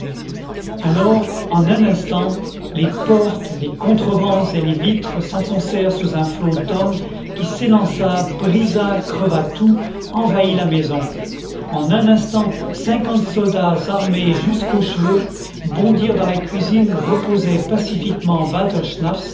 alors en un instant les portes les contrevents et les vitres s'enfoncèrent sous un flot d'hommes qui s'élança brisa creva tout envahit la maison en un instant cinquante soldats armés jusqu'aux cheveux bondirent dans la cuisine où reposait pacifiquement